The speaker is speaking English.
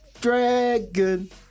Dragon